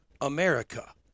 America